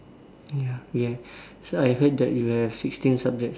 ya ya so I heard that you have sixteen subjects